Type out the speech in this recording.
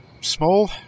Small